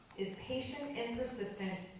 is patient and persistent,